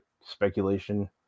speculation